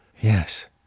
Yes